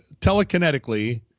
telekinetically